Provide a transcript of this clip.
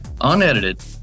unedited